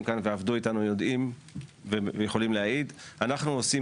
כאן ועבדו אתנו יודעים ויכולים להעיד שאנחנו עושים